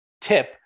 tip